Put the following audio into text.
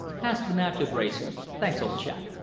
pass the matches, wrayson. thanks, old chap!